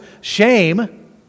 shame